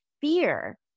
fear